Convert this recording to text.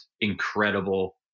incredible